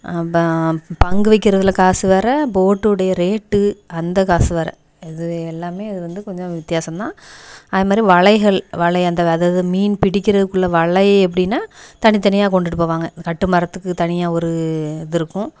பங்கு வைக்கிறதில் காசு வேறே போட்டுடைய ரேட்டு அந்த காசு வேறே இது எல்லாம் இது வந்து கொஞ்சம் வித்தியாசம் தான் அது மாதிரி வலைகள் வலை அந்த அதாது மீன் பிடிக்கிறதுக்குள்ளே வலை எபப டின்னா தனித்தனியாக கொண்டுட்டு போவாங்க கட்டுமரத்துக்கு தனியா ஒரு இது இருக்கும்